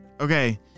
Okay